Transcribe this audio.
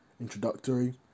introductory